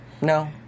No